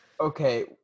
Okay